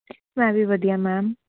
ਮੈਂ ਵੀ ਵਧੀਆ ਮੈਮ